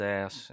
ass